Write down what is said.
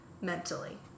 mentally